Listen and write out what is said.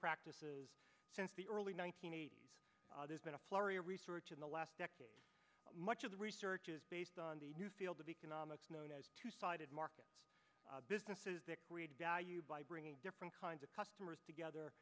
practices since the early one nine hundred eighty s there's been a flurry of research in the last decade much of the research is based on the new field of economics known as two sided market businesses that create value by bringing different kinds of customers together